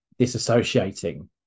disassociating